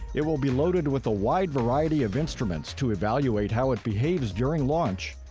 it will be loaded with a wide variety of instruments to evaluate how it behaves during launch,